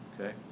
Okay